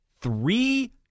Three